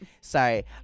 sorry